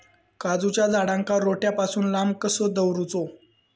काजूच्या झाडांका रोट्या पासून लांब कसो दवरूचो?